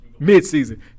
Midseason